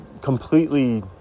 completely